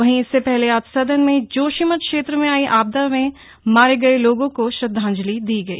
वहीं इससे पहले आज सदन में जोशीमठ क्षेत्र में आयी आपदा में मारे गए लोगों को को श्रद्धांजलि दी गई